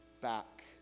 back